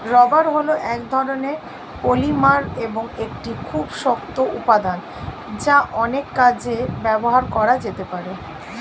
rubber হল এক ধরণের পলিমার এবং একটি খুব শক্ত উপাদান যা অনেক কাজে ব্যবহার করা যেতে পারে